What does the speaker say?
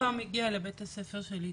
פעם היא הגיעה לבית הספר של איתמר.